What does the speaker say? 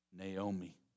Naomi